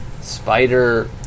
Spider